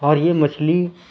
اور یہ مچھلی